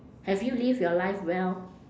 have you live your life well